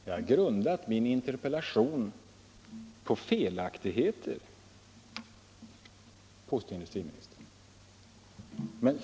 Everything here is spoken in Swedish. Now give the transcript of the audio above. Jag har grundat min interpellation på felaktigheter, påstår industriministern.